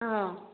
ꯑ